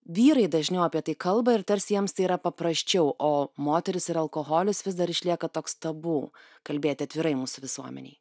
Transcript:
vyrai dažniau apie tai kalba ir tarsi jiems tai yra paprasčiau o moterys ir alkoholis vis dar išlieka toks tabu kalbėti atvirai mūsų visuomenėj